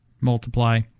multiply